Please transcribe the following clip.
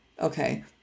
okay